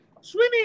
Swimming